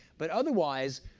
but otherwise,